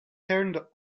turned